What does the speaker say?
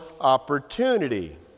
opportunity